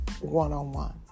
one-on-one